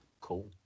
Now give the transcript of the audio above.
Cool